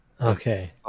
Okay